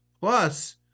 Plus